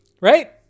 Right